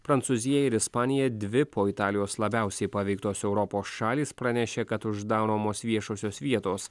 prancūzija ir ispanija dvi po italijos labiausiai paveiktos europos šalys pranešė kad uždaromos viešosios vietos